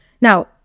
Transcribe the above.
Now